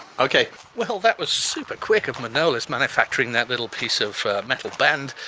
okay well that was super quick of manolis manufacturing that little piece of metal band.